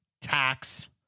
tax